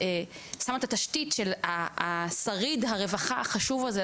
שמה את התשתית של שריד הרווחה החשוב הזה,